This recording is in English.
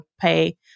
pay